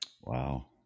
Wow